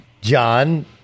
John